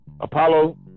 Apollo